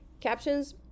Captions